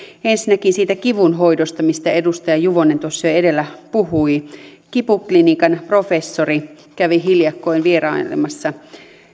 ensinnäkin siitä kivunhoidosta mistä edustaja juvonen jo edellä puhui kipuklinikan professori kävi hiljakkoin vierailemassa